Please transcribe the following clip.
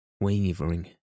wavering